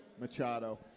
Machado